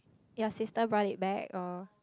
your sister brought it back or